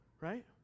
right